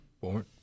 Born